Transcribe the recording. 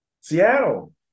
Seattle